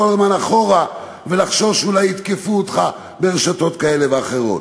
הזמן אחורה ולחשוש שאולי יתקפו אותך ברשתות כאלה ואחרות.